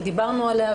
ודיברנו עליה,